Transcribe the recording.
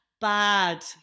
bad